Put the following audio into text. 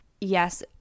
yes